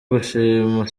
gushima